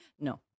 no